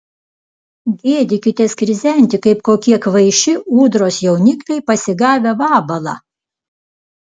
gėdykitės krizenti kaip kokie kvaiši ūdros jaunikliai pasigavę vabalą